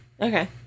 Okay